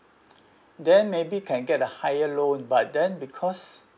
then maybe can get a higher loan but then because